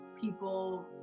people